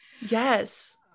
Yes